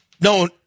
No